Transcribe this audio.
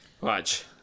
Watch